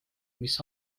mis